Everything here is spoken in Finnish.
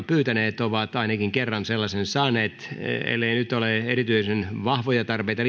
pyytäneet ovat ainakin kerran sellaisen saaneet ellei nyt ole erityisen vahvoja tarpeita